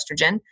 estrogen